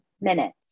minutes